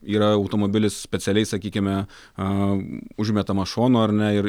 yra automobilis specialiai sakykime a užmetamas šonu ar ne ir